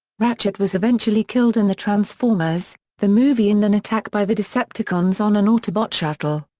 ratchet was eventually killed in the transformers the movie in an attack by the decepticons on an autobot shuttle.